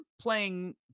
playing